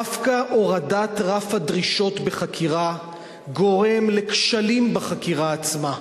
דווקא הורדת רף הדרישות בחקירה גורמת לכשלים בחקירה עצמה.